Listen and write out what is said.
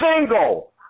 single